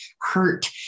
hurt